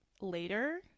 later